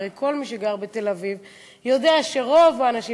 כי הרי כל מי שגר בתל-אביב יודע שרוב האנשים,